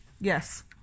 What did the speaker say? yes